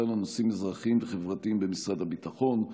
לנושאים אזרחיים וחברתיים במשרד הביטחון,